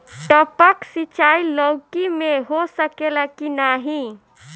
टपक सिंचाई लौकी में हो सकेला की नाही?